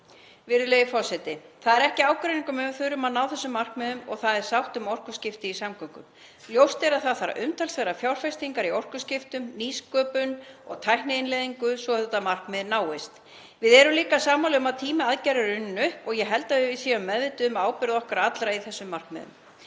Virðulegi forseti. Það er ekki ágreiningur um að við þurfum að ná þessum markmiðum og það er sátt um orkuskipti í samgöngum. Ljóst er að það þarf umtalsverðar fjárfestingar í orkuskiptum, nýsköpun og tækniinnleiðingu svo að þetta markmið náist. Við erum líka sammála um að tími aðgerða er runninn upp og ég held að við séum meðvituð um ábyrgð okkar allra á þessum markmiðum.